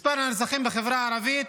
מספר הנרצחים בחברה הערבית